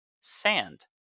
Sand